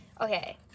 okay